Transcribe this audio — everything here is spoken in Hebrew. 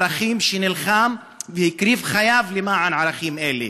ערכים שנלחמה והקריבה את חייה למען ערכים אלה.